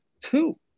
Two